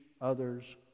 others